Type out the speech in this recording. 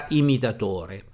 imitatore